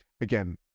again